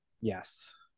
yes